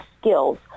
skills